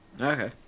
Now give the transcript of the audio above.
Okay